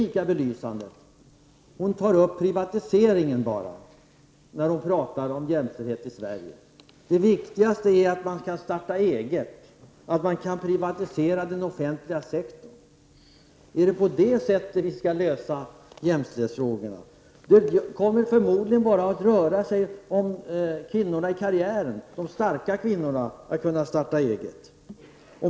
Mona Saint Cyr tar endast upp privatiseringen när hon talar om jämställdheten i Sverige. Det viktigaste är att man kan starta eget och att man kan privatisera den offentliga sektorn. Är det på det sättet vi skall nå en lösning i jämställhetsfrågorna? Det kommer då förmodligen bara att röra sig om att kvinnorna i karriären, de starka kvinnorna, skall kunna starta eget.